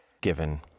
given